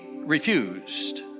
refused